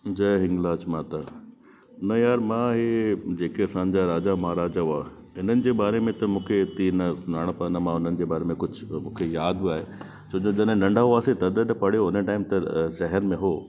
जय हिंगलाज माता न यार मां हीअ जेके असांजा राजा महाराजा हुआ हिननि जे बारे मां त मूंखे एतिरी न सुञाणप आहे न मां हुननि जे बारे में कुझु मूंखे यादि बि आहे छोजो जॾहिं नंढा हुआसीं तॾहिं त पढ़ियो हो हुन टाइम त ज़हन में हो